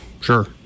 Sure